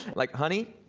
like honey,